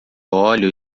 óleo